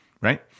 right